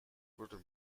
wurden